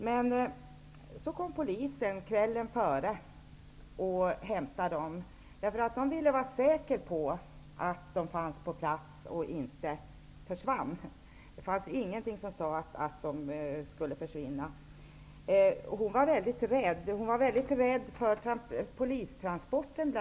Kvällen före avresan kom poliser för att hämta dem, eftersom man ville vara säker på att de fanns på plats och inte skulle försvinna. Det fanns emellertid ingenting som tydde på att de skulle försvinna. Kvinnan var bl.a. väldigt rädd för polistransporten.